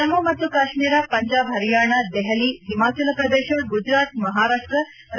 ಜಮ್ಮ ಮತ್ತು ಕಾಶ್ಮೀರ ಪಂಜಾಬ್ ಪರಿಯಾಣ ದೆಹಲಿ ಹಿಮಾಚಲ ಪ್ರದೇಶ ಗುಜರಾತ್ ಮಹಾರಾಷ್ಸ